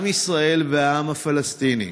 עם ישראל והעם הפלסטיני,